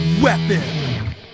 Weapon